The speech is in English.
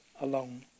alone